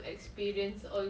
err ya